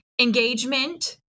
engagement